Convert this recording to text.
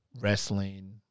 wrestling